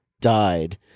died